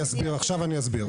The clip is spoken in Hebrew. אני אסביר.